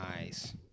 Nice